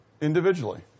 individually